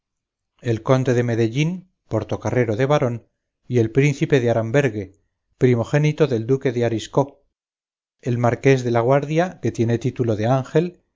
el conde de medellín portocarrero de varón y el príncipe de arambergue primogénito del duque de ariscot el marqués de la guardia que tiene título de ángel